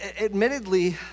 admittedly